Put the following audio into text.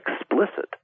explicit